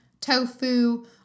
tofu